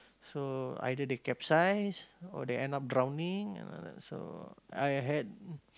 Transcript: so either they capsize or they end up drowning uh so I had